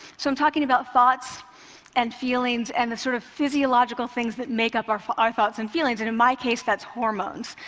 so i'm talking about thoughts and feelings and the sort of physiological things that make up our ah thoughts and feelings, and in my case, that's hormones.